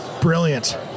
Brilliant